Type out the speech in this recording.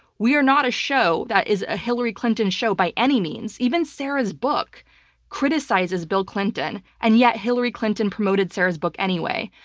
we are not a show that is a hillary clinton show by any means. even sarah's book criticizes bill clinton, and yet hillary clinton promoted sarah's book anyway.